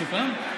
סוכם?